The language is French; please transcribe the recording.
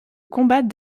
combat